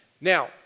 Now